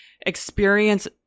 experience